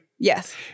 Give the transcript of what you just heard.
Yes